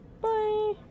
Bye